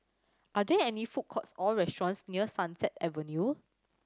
are there any food courts or restaurants near Sunset Avenue